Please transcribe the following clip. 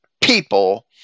people